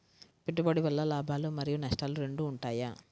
పెట్టుబడి వల్ల లాభాలు మరియు నష్టాలు రెండు ఉంటాయా?